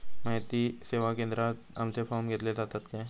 माहिती सेवा केंद्रात आमचे फॉर्म घेतले जातात काय?